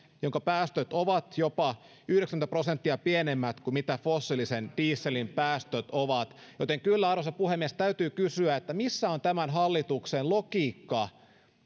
jonka päästöt ovat jopa yhdeksänkymmentä prosenttia pienemmät kuin mitä fossiilisen dieselin päästöt ovat joten kyllä arvoisa puhemies täytyy kysyä missä on tämän hallituksen logiikka